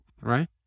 right